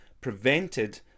prevented